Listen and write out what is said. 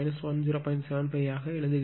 75 யாக எழுதுகிறேன்